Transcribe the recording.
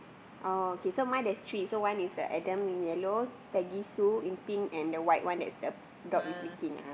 oh okay so mine there's three so one is the Adam in yellow Peggy Sue in pink and the white one that is the dog is licking ah